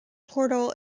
portal